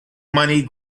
money